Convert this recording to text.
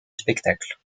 spectacle